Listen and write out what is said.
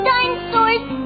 Dinosaur's